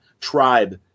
tribe